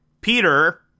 Peter